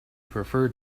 preferred